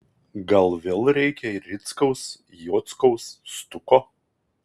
gal vėl reikia rickaus jockaus stuko